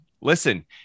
listen